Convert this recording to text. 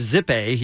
Zippe